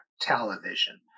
television